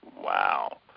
Wow